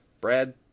Brad